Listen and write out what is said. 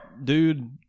dude